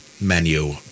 menu